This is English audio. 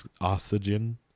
Oxygen